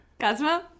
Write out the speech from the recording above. Cosmo